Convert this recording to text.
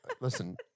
listen